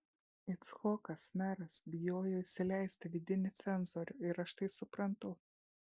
icchokas meras bijojo įsileisti vidinį cenzorių ir aš tai suprantu